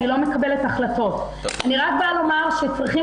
אני לא מקבלת החלטות; אני רק באה לומר שצריכים